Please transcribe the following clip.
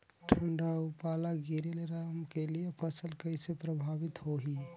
ठंडा अउ पाला गिरे ले रमकलिया फसल कइसे प्रभावित होही?